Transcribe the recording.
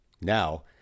Now